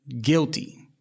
guilty